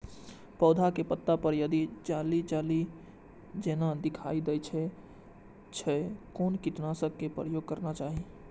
पोधा के पत्ता पर यदि जाली जाली जेना दिखाई दै छै छै कोन कीटनाशक के प्रयोग करना चाही?